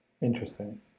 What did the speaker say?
Interesting